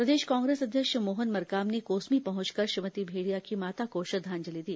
प्रदेश कांग्रेस अध्यक्ष मोहन मरकाम ने कोसमी पहंचकर श्रीमती भेंडिया की माता को श्रद्धांजलि दी